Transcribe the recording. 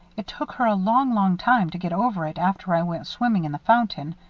it took her a long, long time to get over it after i went swimming in the fountain.